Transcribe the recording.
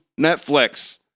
Netflix